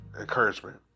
encouragement